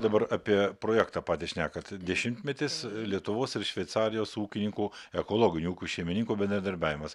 dabar apie projektą patį šnekat dešimtmetis lietuvos ir šveicarijos ūkininkų ekologinių ūkių šeimininkų bendradarbiavimas